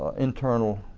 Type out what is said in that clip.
ah internal